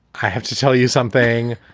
i have to tell you something.